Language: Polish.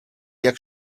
jak